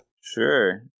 Sure